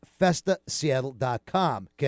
Festaseattle.com